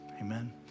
Amen